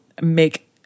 make